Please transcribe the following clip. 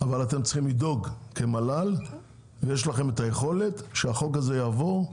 אבל אתם צריכים לדאוג כמל"ל יש לכם את היכולת שהחוק הזה יעבור,